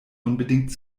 unbedingt